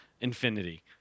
infinity